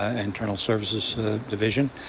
ah internal services division.